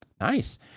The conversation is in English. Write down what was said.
Nice